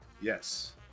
Yes